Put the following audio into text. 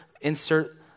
insert